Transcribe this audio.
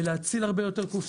להציל הרבה יותר קופסאות.